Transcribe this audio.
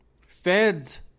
Fed's